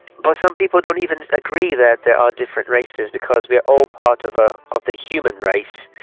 but some people don't even agree that there are different races because we are all part of ah of the human race